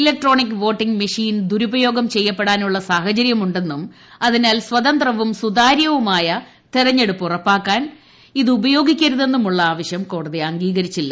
electronic voting machine ദുരുപയോഗം ചെയ്യപ്പെടാനുള്ള സാഹചര്യമുണ്ടെന്നും അതിനാൽ സ്വതന്ത്രവും സുതാര്യവുമായ തെരഞ്ഞെട്ടൂപ്പ് ഉറപ്പാക്കാൻ അതുപയോഗിക്കരുതെന്നുമുള്ള ആവശ്യില് കോടതി അംഗീകരിച്ചില്ല